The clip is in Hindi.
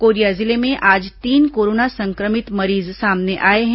कोरिया जिले में आज तीन कोरोना संक्रमित मरीज सामने आए हैं